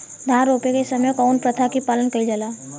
धान रोपे के समय कउन प्रथा की पालन कइल जाला?